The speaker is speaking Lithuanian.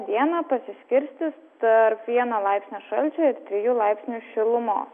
dieną pasiskirstys tarp vieno laipsnio šalčio ir trijų laipsnių šilumos